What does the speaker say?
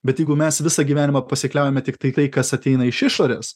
bet jeigu mes visą gyvenimą pasikliaujame tiktai tai kas ateina iš išorės